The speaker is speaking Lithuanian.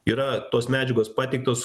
yra tos medžiagos pateiktos